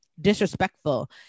disrespectful